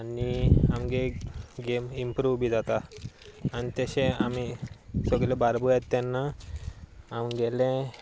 आनी आमगे game improve बी जाता आनी तशें आमी सगले बाराबर येता तेन्ना आमगेलें